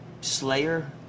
Slayer